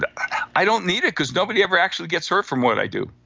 ah i don't need it because nobody ever actually gets hurt from what i do